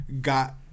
got